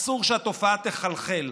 אסור שהתופעה תחלחל,